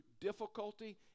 difficulty